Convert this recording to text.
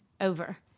over